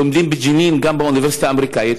לומדים בג'נין באוניברסיטה האמריקנית.